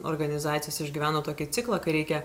organizacijos išgyveno tokį ciklą kai reikia